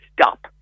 stop